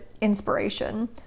inspiration